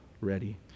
ready